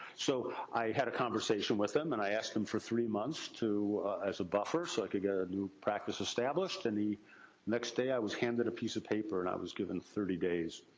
so, i had a conversation with him, and i asked him for three months as a buffer so i could get a new practice established. and the next day i was handed a piece of paper, and i was given thirty days.